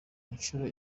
inshuro